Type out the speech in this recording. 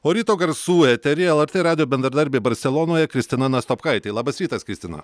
o ryto garsų eteryje lrt radijo bendradarbė barselonoje kristina nastopkaitė labas rytas kristina